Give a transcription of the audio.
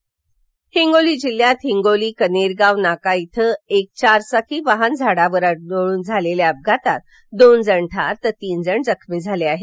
अपघात हिंगोली हिंगोली जिल्ह्यात हिंगोली कनेरगाव नाका इथं एक चारचाकी वाहन झाडावर आदळून झालेल्या अपघातात दोन जण ठार तर तीन जण गंभीर जखमी झाले आहेत